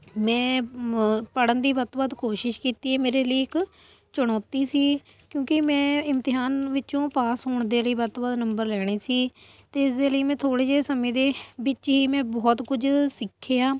ਮੈਂ ਪੜ੍ਹਨ ਦੀ ਵੱਧ ਤੋਂ ਵੱਧ ਕੋਸ਼ਿਸ਼ ਕੀਤੀ ਮੇਰੇ ਲਈ ਇੱਕ ਚੁਣੌਤੀ ਸੀ ਕਿਉਂਕਿ ਮੈਂ ਇਮਤਿਹਾਨ ਵਿੱਚੋ ਪਾਸ ਹੋਣ ਦੇ ਲਈ ਵੱਧ ਤੋਂ ਵੱਧ ਨੰਬਰ ਲੈਣੇ ਸੀ ਅਤੇ ਇਸ ਦੇ ਲਈ ਮੈਂ ਥੋੜ੍ਹੇ ਜੇ ਸਮੇਂ ਦੇ ਵਿੱਚ ਹੀ ਮੈਂ ਬਹੁਤ ਕੁਝ ਸਿੱਖਿਆ